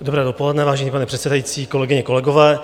Dobré dopoledne, vážený pane předsedající, kolegyně, kolegové.